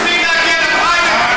להגיע לפריימריז.